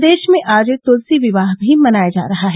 प्रदेश में आज तुलसी विवाह भी मनाया जा रहा है